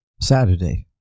Saturday